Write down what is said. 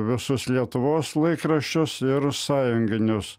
visus lietuvos laikraščius ir sąjunginius